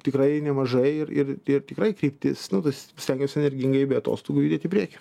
tikrai nemažai ir ir ir tikrai kryptis nu tas sekasi energingai be atostogų judėti į priekį